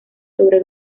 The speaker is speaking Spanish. sobre